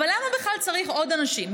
אבל למה בכלל צריך עוד אנשים?